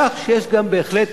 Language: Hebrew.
כך שיש גם בהחלט,